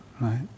right